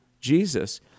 Jesus